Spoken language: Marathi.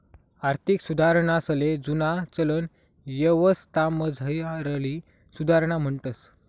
आर्थिक सुधारणासले जुना चलन यवस्थामझारली सुधारणा म्हणतंस